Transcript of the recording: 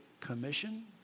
commission